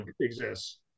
exists